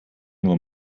nur